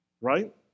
Right